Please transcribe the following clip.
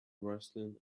wrestling